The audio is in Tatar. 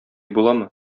буламы